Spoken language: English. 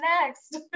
next